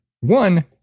one